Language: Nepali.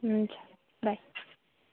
हुन्छ बाई